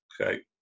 Okay